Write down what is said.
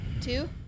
Two